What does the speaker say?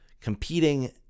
competing